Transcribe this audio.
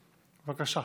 בבקשה.